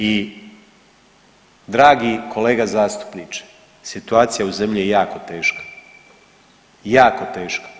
I dragi kolega zastupniče situacija u zemlji je jako teška, jako teška.